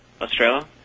Australia